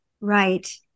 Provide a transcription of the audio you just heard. Right